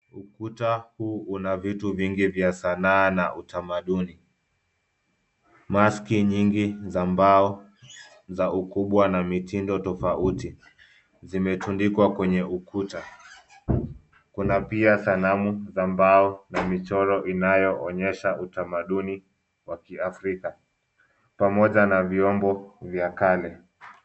Ukuta huu una vitu vingi vya sanaa na utamaduni. Maski nyingi za mbao za ukubwa na mitindo tofauti zimetundikwa kwenye ukuta. Kuna pia sanamu za mbao na michoro inayoonyesha utamaduni wa Kiafrika, pamoja na vyombo vya kale.